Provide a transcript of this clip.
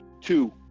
Two